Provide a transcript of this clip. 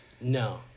No